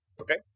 Okay